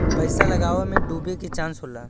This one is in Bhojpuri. पइसा लगावे मे डूबे के चांस होला